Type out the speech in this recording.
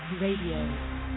Radio